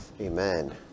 Amen